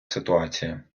ситуація